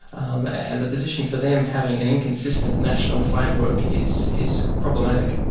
and the position for them having an inconsistent national framework is is problematic.